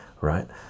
right